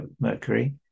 Mercury